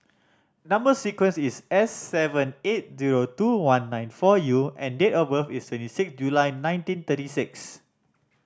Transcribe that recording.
number sequence is S seven eight zero two one nine four U and date of birth is twenty six July nineteen thirty six